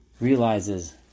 realizes